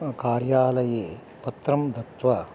कार्यालये पत्रं दत्वा